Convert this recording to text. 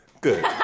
Good